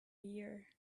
year